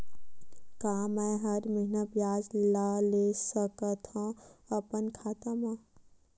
का मैं हर महीना ब्याज ला ले सकथव अपन खाता मा?